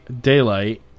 Daylight